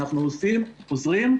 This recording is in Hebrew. אנחנו עושים, עוזרים,